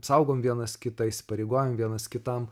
saugom vienas kitą įsipareigojam vienas kitam